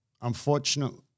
unfortunately